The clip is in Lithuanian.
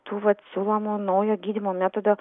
tų vat siūlomų naujo gydymo metodo